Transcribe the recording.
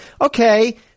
okay